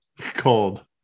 Cold